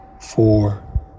four